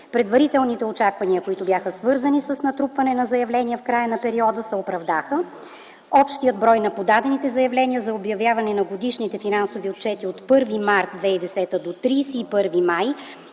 Предварителните очаквания, които бяха свързани с натрупване на заявления в края на периода, се оправдаха. Общият брой на подадените заявления за обявяване на годишните финансови отчети от 1 март до 31 май